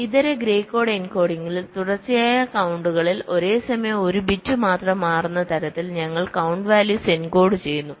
അതിനാൽ ഇതര gray code എൻകോഡിംഗിൽ തുടർച്ചയായ കൌണ്ടുകളിൽ ഒരു സമയം ഒരു ബിറ്റ് മാത്രം മാറുന്ന തരത്തിൽ ഞങ്ങൾ കൌണ്ട് വാല്യുസ് എൻകോഡ് ചെയ്യുന്നു